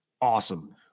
Awesome